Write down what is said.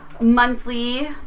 monthly